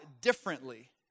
differently